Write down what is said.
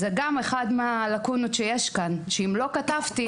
זאת גם אחת מהלקונות שיש כאן אם לא כתבתי,